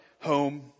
home